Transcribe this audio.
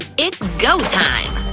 it's go time!